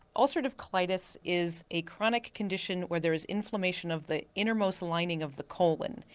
ulcerative colitis is a chronic condition where there is inflammation of the innermost lining of the colon.